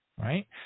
Right